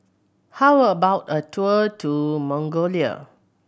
how about a tour in Mongolia